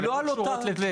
אבל הן לא קשורות לזה.